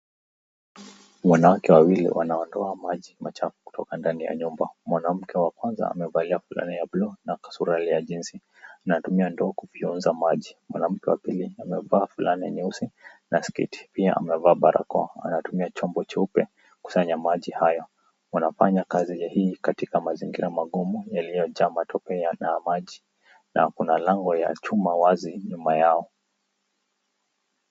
Wanawake wawili wanatoa maji machafu kutoka kwa nyumba , mwanamke wa kwanza amevalia fulana ya bluu na suruali ya jinsi anatumia ndoo kufyonza maji, mwanamke wa pili amevaa fulana nyeusi na sketi pia amevaa barakoa anatumia chombo cheupe kusanya maji hayo, wanafanya kazi hii katika mazingira magumu yaliyojaa matope yana maji na kuna lango ya chuma wazi nyuma yao.